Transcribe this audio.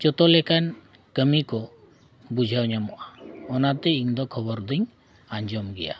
ᱡᱚᱛᱚ ᱞᱮᱠᱟᱱ ᱠᱟᱹᱢᱤ ᱠᱚ ᱵᱩᱡᱷᱟᱹᱣ ᱧᱟᱢᱚᱜᱼᱟ ᱚᱱᱟᱛᱮ ᱤᱧ ᱫᱚ ᱠᱷᱚᱵᱚᱨ ᱫᱚᱧ ᱟᱸᱡᱚᱢ ᱜᱮᱭᱟ